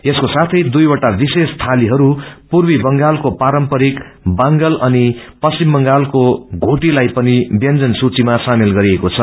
यसको साथै दुईवटा विशेष थालिहरू पूर्वी बंगालको पारम्परिक बांगल अनि पश्चिम बंगालको घोटी लाई पनि ब्यंजन सूचिमा सामेल गरिएको छ